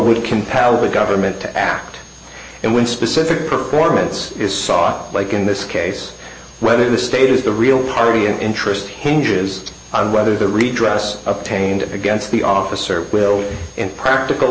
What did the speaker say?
would compel the government to act and when specific performance is sought like in this case whether the state is the real party and interest hinges on whether the redress obtained against the officer will in practical